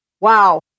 Wow